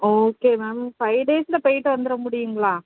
okay ma'am five டேஸில் போய்ட்டு வந்துட முடியும்ங்களா